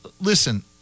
listen